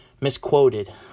misquoted